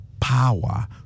power